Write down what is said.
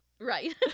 Right